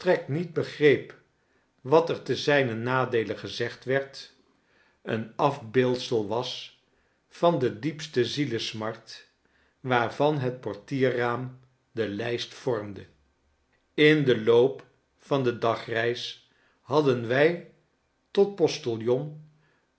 niet begreep wat er te zljnen nadeele gezegd werd een af beeldsel was van de diepste zielesmart waarvan het portierraam de lijst vormde in den loop van de dagreis hadden wij tot